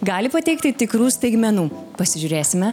gali pateikti tikrų staigmenų pasižiūrėsime